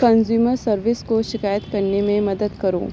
consumer service کو شکایت کرنے میں مدد کرو